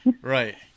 Right